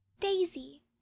daisy